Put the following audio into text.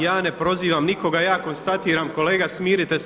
Ja ne prozivam nikoga, ja konstatiram, kolega smirite se.